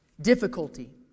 difficulty